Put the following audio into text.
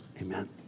Amen